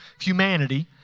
humanity